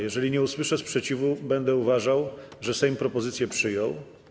Jeżeli nie usłyszę sprzeciwu, będę uważał, że Sejm propozycję przyjął.